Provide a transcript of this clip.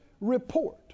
report